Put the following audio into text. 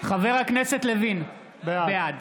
בעד